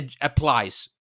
Applies